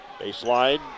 Baseline